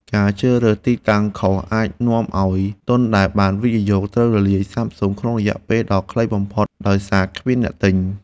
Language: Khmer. ការជ្រើសរើសទីតាំងខុសអាចនាំឱ្យទុនដែលបានវិនិយោគត្រូវរលាយសាបសូន្យក្នុងរយៈពេលដ៏ខ្លីបំផុតដោយសារគ្មានអ្នកទិញ។